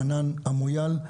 רענן אמויאל,